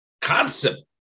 concept